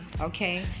Okay